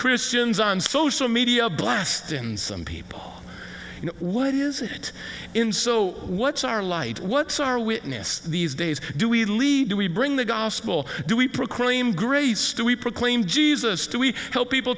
christians on social media blast in some people you know what is it in so what's our light what's our witness these days do we lead do we bring the gospel do we proclaim grace do we proclaim jesus do we help people